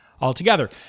altogether